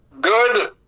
Good